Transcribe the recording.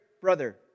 brother